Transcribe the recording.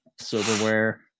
silverware